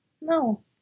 No